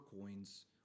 coins